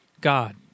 God